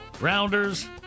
Rounders